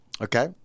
okay